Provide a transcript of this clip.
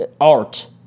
art